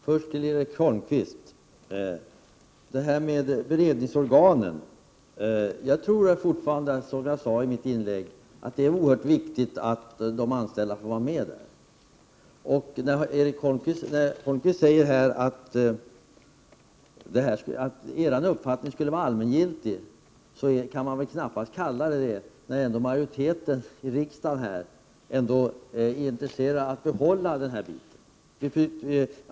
Fru talman! Först några ord till Erik Holmkvist om beredningsorganen. Som jag sade i mitt första inlägg tror jag att det är oerhört viktigt att de anställda får vara med i beredningsorganen. Erik Holmkvist sade att reservanternas uppfattning på den punkten skulle vara allmängiltig. Det kan man väl knappast säga, när majoriteten i riksdagen är intresserad av att behålla nuvarande bestämmelser på den här punkten.